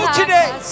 today